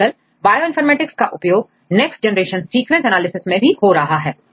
आजकल बायोइनफॉर्मेटिक्स का उपयोग नेक्स्ट जेनरेशन सीक्वेंस एनालिसिस में भी हो रहा है